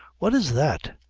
what is that?